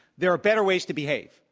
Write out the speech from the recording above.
there are better ways to behalf.